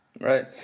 Right